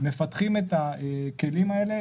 מפתחים את הכלים האלה,